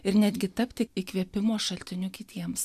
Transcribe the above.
ir netgi tapti įkvėpimo šaltiniu kitiems